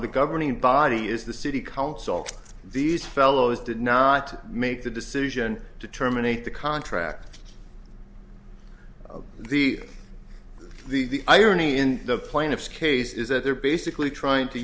the governing body is the city council these fellows did not make the decision to terminate the contract of the the irony in the plaintiff's case is that they're basically trying to